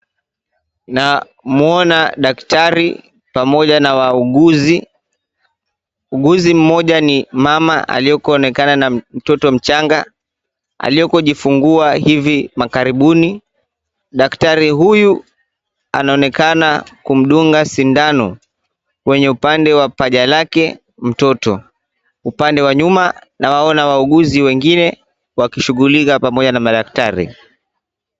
Namuona daktari pamoja na wauguzi. Muuguzi mmoja ni mama akionekana na mtoto mchanga aliyejifungua hivi karibuni. Dakitari huyu anaonekana kumdunga sindano kwenye upande wa paja lake mtoto. upande wa nyuma nawaona wauguzi wengine wakishughulika pamoja na daktari.